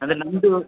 ಅಂದರೆ ನಮ್ಮದು